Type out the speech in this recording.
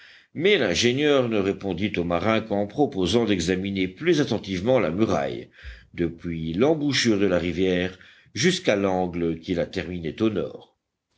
mais l'ingénieur ne répondit au marin qu'en proposant d'examiner plus attentivement la muraille depuis l'embouchure de la rivière jusqu'à l'angle qui la terminait au nord